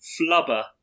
Flubber